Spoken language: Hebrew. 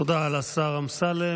תודה לשר אמסלם.